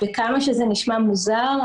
כמה שזה נשמע מוזר,